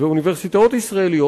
ואוניברסיטאות ישראליות,